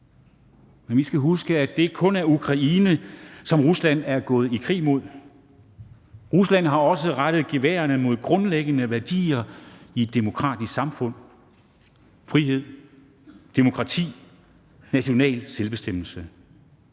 Men vi skal huske, at det ikke kun er Ukraine, som Rusland er gået i krig mod. Rusland har også rettet geværerne mod grundlæggende værdier i et demokratisk samfund: Frihed, demokrati og national selvbestemmelse.